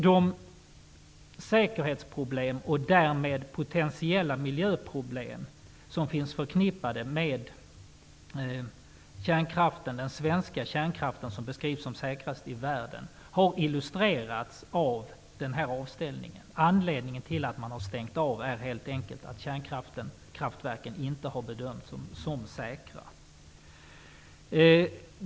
De säkerhetsproblem, och därmed potentiella miljöproblem, som finns förknippade med den svenska kärnkraften -- som beskrivs som säkrast i världen -- har illustrerats av den här avställningen. Anledningen till att man har stängt av är helt enkelt att kärnkraftverken inte har bedömts som säkra.